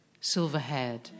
silver-haired